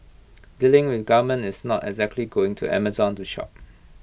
dealing with the government is not exactly going to Amazon to shop